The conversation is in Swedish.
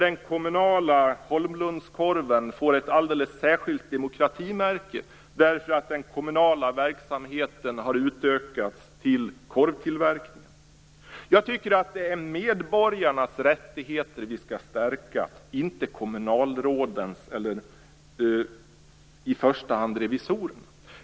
Den kommunala Holmlundskorven får väl ett alldeles särskilt demokratimärke, eftersom den kommunala verksamheten har utökats till att omfatta även korvtillverkning. Jag tycker att det är medborgarnas rättigheter vi skall stärka, inte kommunalrådens eller i första hand revisorernas.